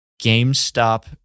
GameStop